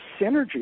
synergy